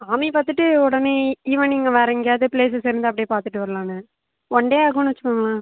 சாமி பார்த்துட்டு உடனே ஈவ்னிங் வேறு எங்கேயாவது ப்ளேஸஸ் இருந்தால் அப்படியே பார்த்துட்டு வரலாம்னு ஒன் டே ஆகும்னு வச்சுக்கோங்களேன்